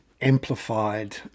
amplified